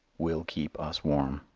will keep us warm.